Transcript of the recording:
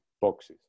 boxes